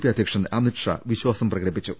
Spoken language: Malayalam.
പി അധ്യ ക്ഷൻ അമിത്ഷാ വിശ്വാസം പ്രകടിപ്പിച്ചു